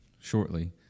shortly